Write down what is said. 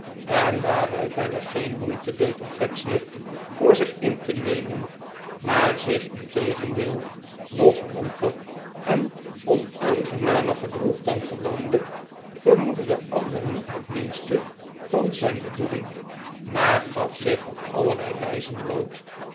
en daar hij verder geen moeite deed om pecksniff voor zich in te nemen maar zich integendeel nog lomper en onaangenamer gedroeg dan gewoonlijk vermoedde de ander niet het minste van zijn bedoeling maar gaf zich op allerlei wijzen bloot